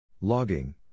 Logging